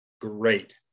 great